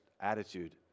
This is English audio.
attitude